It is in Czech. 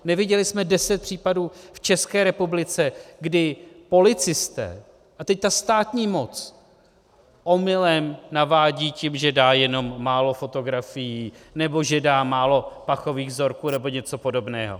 Neviděli jsme deset případů v České republice, kdy policisté a teď ta státní moc omylem navádí tím, že dá jenom málo fotografií nebo že dá málo pachových vzorků nebo něco podobného?